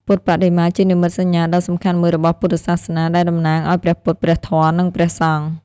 ពុទ្ធបដិមាជានិមិត្តសញ្ញាដ៏សំខាន់មួយរបស់ពុទ្ធសាសនា ដែលតំណាងឲ្យព្រះពុទ្ធ ព្រះធម៌ និងព្រះសង្ឃ។